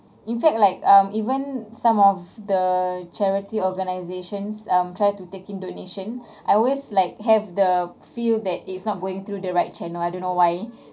in fact like um even some of the charity organizations um try to take in donation I always like have the feel that it's not going through the right channel I don't know why